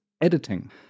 editing